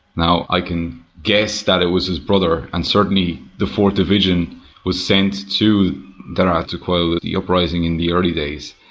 now, i can guess that it was his brother, and certainly the fourth division was sent to daraa to quell the uprising in the early days.